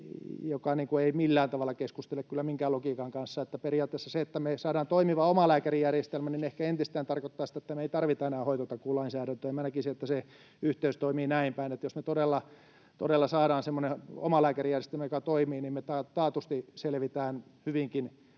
mikä ei millään tavalla keskustele kyllä minkään logiikan kanssa. Periaatteessa se, että me saadaan toimiva omalääkärijärjestelmä, ehkä entisestään tarkoittaa sitä, että me ei tarvita enää hoitotakuulainsäädäntöä. Ja minä näkisin, että se yhteys toimii näin päin. Että jos me todella saadaan semmoinen omalääkärijärjestelmä, joka toimii, niin me taatusti selvitään hyvinkin